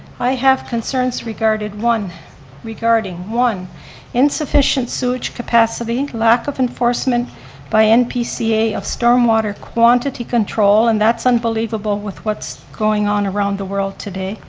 i have concerns regarding one regarding one insufficient sewage capacity, and lack of enforcement by npca of stormwater quantity control and that's unbelievable with what's going on around the world today,